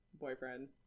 boyfriend